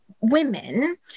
women